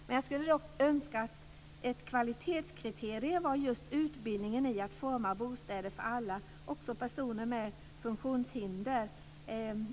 Men jag skulle önska att ett kvalitetskriterium var just utbildningen i att forma bostäder för alla, också för personer med funktionshinder.